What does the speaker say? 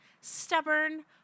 stubborn